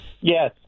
Yes